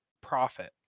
Profit